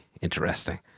interesting